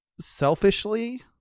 selfishly